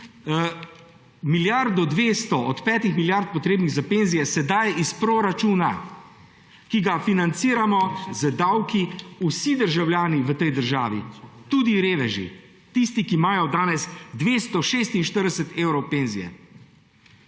milijardo 200 od petih milijard, potrebnih za penzije, se daje iz proračuna, ki ga financiramo z davki vsi državljani v tej državi, tudi reveži, tisti, ki imajo danes 246 evrov penzije.